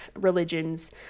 religions